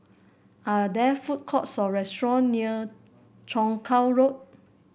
are there food courts or restaurant near Chong Kuo Road